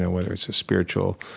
whether it's a spiritual,